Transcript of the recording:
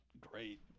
great